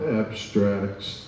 abstracts